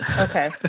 Okay